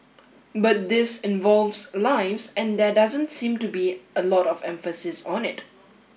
but this involves lives and there doesn't seem to be a lot of emphasis on it